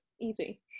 Easy